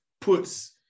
puts